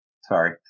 Sorry